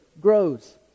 grows